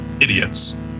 idiots